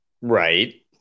Right